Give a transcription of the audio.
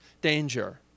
danger